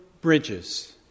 bridges